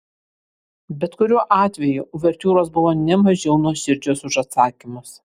bet kuriuo atveju uvertiūros buvo ne mažiau nuoširdžios už atsakymus